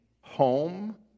home